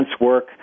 work